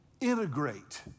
integrate